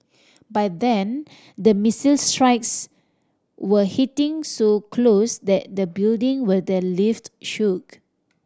by then the missile strikes were hitting so close that the building where they lived shook